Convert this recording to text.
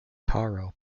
taro